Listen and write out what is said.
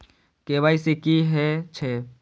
KYC की हे छे?